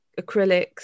acrylics